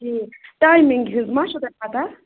ٹھیٖک ٹایمِنٛگ ہٕنٛز ما چھَو تۄہہِ پَتاہ